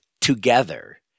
together